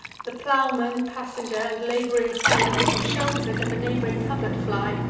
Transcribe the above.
the plowman, passenger, and lab'ring hind for shelter to the neighb'ring covert fly,